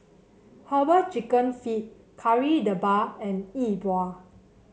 herbal chicken feet Kari Debal and Yi Bua